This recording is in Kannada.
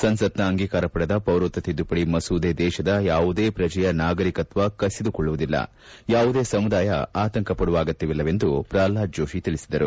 ಸಂಸತ್ನ ಅಂಗೀಕಾರ ಪಡೆದ ಪೌರತ್ತ್ವ ತಿದ್ದುಪದಿ ಮಸೂದೆ ದೇಶದ ಯಾವುದೇ ಪ್ರಜೆಯ ನಾಗರಿಕತ್ವ ಕಸಿದು ಕೊಳ್ಳುವುದಿಲ್ಲ ಯಾವುದೇ ಸಮುದಾಯ ಆತಂಕ ಪಡುವ ಅಗತ್ಯವಿಲ್ಲ ಎಂದು ಪ್ರಲ್ಣಾದ್ ಜೋಷಿ ತಿಳಿಸಿದರು